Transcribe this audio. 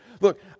Look